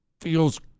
feels